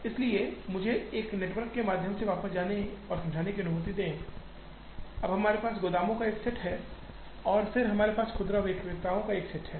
इसलिए मुझे इस नेटवर्क के माध्यम से वापस जाने और समझाने की अनुमति दे अब हमारे पास गोदामों का एक सेट है और फिर हमारे पास खुदरा विक्रेताओं का एक सेट है